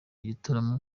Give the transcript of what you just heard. igitaramo